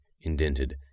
indented